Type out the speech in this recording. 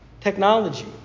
technology